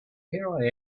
here